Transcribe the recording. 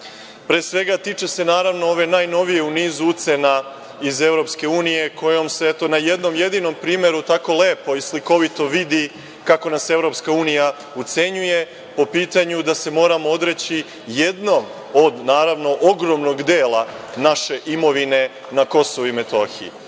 svega, tiče se naravno, ove najnovije u nizu ucena iz EU kojom se eto na jednom jedinom primeru tako lepo i slikovito vidi kako nas EU ucenjuje po pitanju da se moramo odreći jednog od naravno ogromnog dela naše imovine na Kosovu i Metohiji.